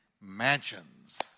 mansions